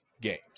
games